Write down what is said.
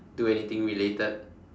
do anything related